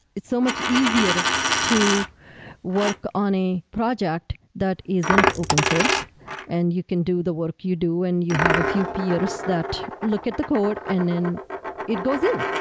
it's so much easier to to work on a project that isn't isn't open source and you can do the work you do and you have a few peers that look at the code and then it goes in,